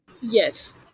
Yes